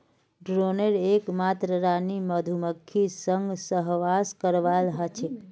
ड्रोनेर एकमात रानी मधुमक्खीर संग सहवास करवा ह छेक